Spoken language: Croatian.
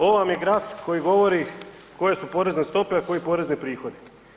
Ovo vam je graf koji govori koje su porezne stope a koji porezni prihodi.